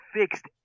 fixed